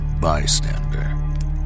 bystander